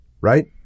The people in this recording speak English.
right